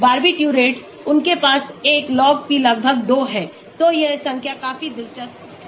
Barbiturates उनके पास एक log p लगभग 2 है तो यह संख्या काफी दिलचस्प है